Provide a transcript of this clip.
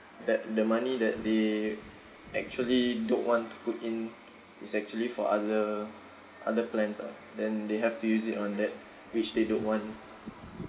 that the money that they actually don't want to put in is actually for other other plans lah then they have to use it on that which they don't want